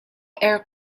air